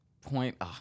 point